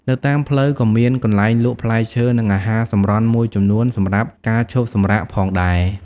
នៅតាមផ្លូវក៏មានកន្លែងលក់ផ្លែឈើនិងអាហារសម្រន់មួយចំនួនសម្រាប់ការឈប់សម្រាកផងដែរ។